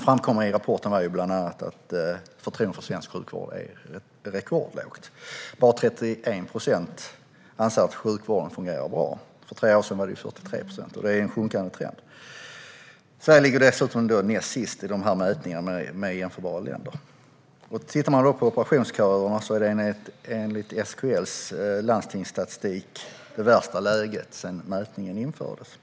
I rapporten framkom bland annat att förtroendet för svensk sjukvård är rekordlågt: Bara 31 procent anser att sjukvården fungerar bra. För tre år sedan var det 43 procent. Det är alltså en sjunkande trend. Sverige ligger dessutom näst sist i mätningarna i förhållande till jämförbara länder. När det gäller operationsköerna är det enligt SKL:s landstingsstatistik det värsta läget sedan mätningen infördes.